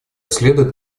следует